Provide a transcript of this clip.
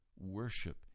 worship